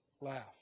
laugh